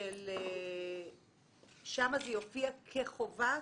שם זה יופיע כחובה?